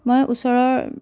মই ওচৰৰ